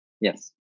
yes